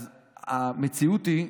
אז המציאות היא,